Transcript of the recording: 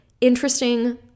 interesting